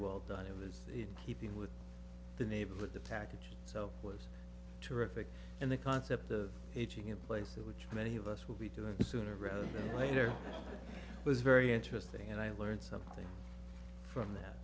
well done it was in keeping with the neighborhood the package itself was terrific and the concept of aging in place which many of us will be doing sooner rather than later was very interesting and i learned something from that